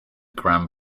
gram